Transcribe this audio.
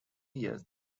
years